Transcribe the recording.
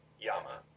yama